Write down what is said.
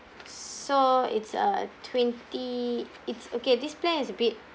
so it's a twenty it's okay this plan is a bit